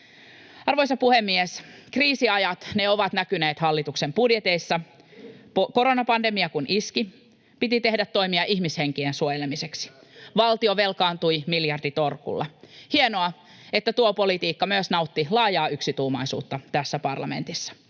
Arvoisa puhemies! Kriisiajat, ne ovat näkyneet hallituksen budjeteissa. Kun koronapandemia iski, piti tehdä toimia ihmishenkien suojelemiseksi. Valtio velkaantui miljarditolkulla. Hienoa, että tuo politiikka myös nautti laajaa yksituumaisuutta tässä parlamentissa.